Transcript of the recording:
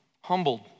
humbled